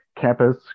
campus